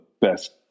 best